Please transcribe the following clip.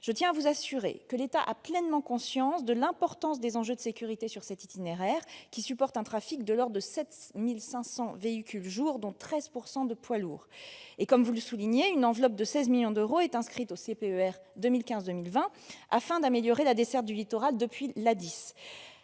Je tiens à vous assurer que l'État a pleinement conscience de l'importance des enjeux de sécurité sur cet itinéraire, qui supporte un trafic de l'ordre de 7 500 véhicules par jour, dont 13 % de poids lourds. Comme vous le soulignez, une enveloppe de 16 millions d'euros est inscrite au contrat de plan État-région 2015-2020, afin d'améliorer la desserte du littoral depuis l'A 10.